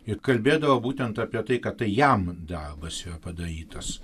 ir kalbėdavo būtent apie tai kad tai jam darbas yra padarytas